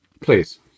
Please